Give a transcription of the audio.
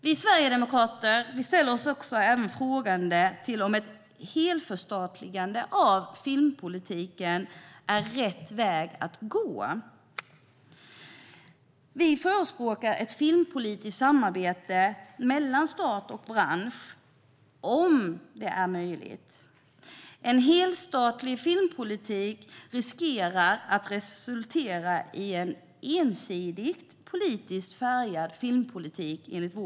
Vi sverigedemokrater ställer oss även frågande till om ett helförstatligande av filmpolitiken är rätt väg att gå. Vi förespråkar ett filmpolitiskt samarbete mellan stat och bransch, om det är möjligt. En helstatlig filmpolitik riskerar att resultera i en ensidig politiskt färgad filmpolitik.